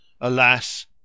Alas